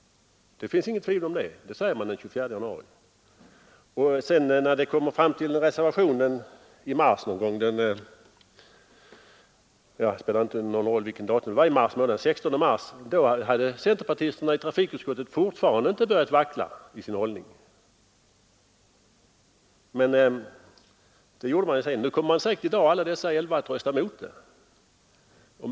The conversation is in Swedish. Det finns inget tvivel om det. När man sedan kommer fram till en reservation den 16 mars hade centerpartisterna i trafikutskottet ännu inte börjat vackla i sin hållning, men det gjorde de sedan. I dag kommer säkert alla elva att rösta mot brobygget.